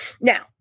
Now